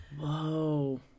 Whoa